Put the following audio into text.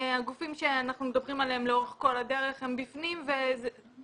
הגופים שאנחנו מדברים עליהם לאורך כל הדרך הם בפנים וזה